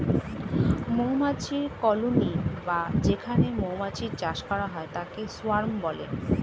মৌমাছির কলোনি বা যেখানে মৌমাছির চাষ করা হয় তাকে সোয়ার্ম বলে